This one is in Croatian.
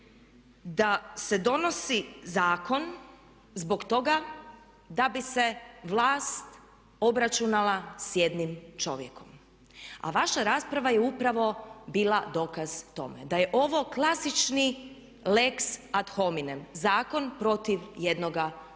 da se donosi zakon zbog toga da bi se vlast obračunala s jednim čovjekom a vaša rasprava je upravo bila dokaz tome da je ovo klasični lex ad hominem, zakon protiv jednoga čovjeka.